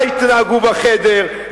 מה התנהגו בחדר,